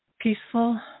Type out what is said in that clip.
peaceful